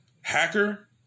hacker